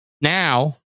now